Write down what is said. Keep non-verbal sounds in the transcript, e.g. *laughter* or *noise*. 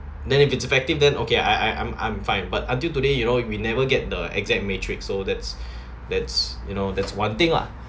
then if it's effective then okay I I I I'm I'm fine but until today you know we never get the exact matrix so that's *breath* that's you know that's one thing lah